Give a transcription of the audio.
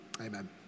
amen